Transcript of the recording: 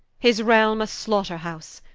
his realme a slaughter-house,